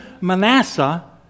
Manasseh